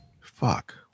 Fuck